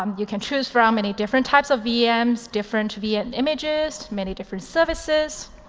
um you can choose from many different types of vms, different vm images, many different services.